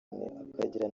akagira